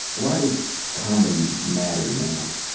why does comedy matter now?